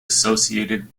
associated